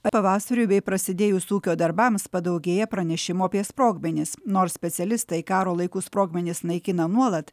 pavasariui bei prasidėjus ūkio darbams padaugėja pranešimų apie sprogmenis nors specialistai karo laikų sprogmenis naikina nuolat